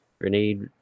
grenade